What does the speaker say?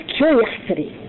curiosity